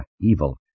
evil